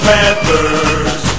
Panthers